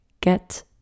get